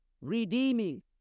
redeeming